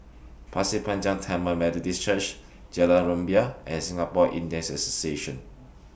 Pasir Panjang Tamil Methodist Church Jalan Rumbia and Singapore Indians Association